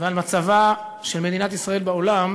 ועל מצבה של מדינת ישראל בעולם,